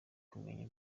kumenya